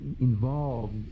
involved